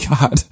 god